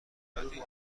دادی